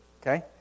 Okay